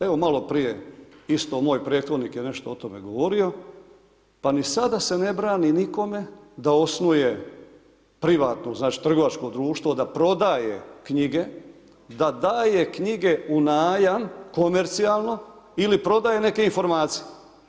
Evo malo prije isto moj prethodnik je nešto o tome govorio pa ni sada se ne brani nikome da osnuje privatno, znači trgovačko društvo da prodaje knjige, da daje knjige u najam komercijalno ili prodaje neke informacije.